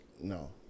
No